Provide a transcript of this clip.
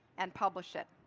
and publish it.